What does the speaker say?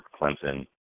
Clemson